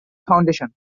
foundation